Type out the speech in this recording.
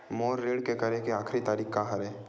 मोर ऋण के करे के आखिरी तारीक का हरे?